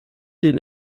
den